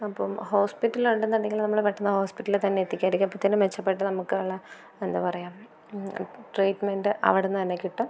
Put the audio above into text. അപ്പം ഹോസ്പിറ്റൽ ഉണ്ടെന്ന് ഉണ്ടെങ്കിൽ നമ്മള് പെട്ടന്ന് ഹോസ്പിറ്റലിൽ തന്നെ എത്തിക്കുക ആയിരിക്കും അപ്പത്തേന് മെച്ചപ്പെട്ട നമ്മക്ക്കള എന്താ പറയുക ട്രീറ്റ്മെൻറ്റ് അവിടുന്ന് തന്നെ കിട്ടും